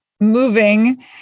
Moving